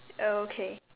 oh okay